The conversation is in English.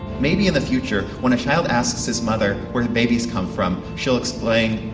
maybe in the future, when a child asks his mother where babies come from she'll explain,